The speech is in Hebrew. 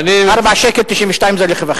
אדוני היושב-ראש,